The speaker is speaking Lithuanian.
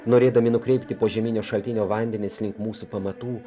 norėdami nukreipti požeminio šaltinio vandenis link mūsų pamatų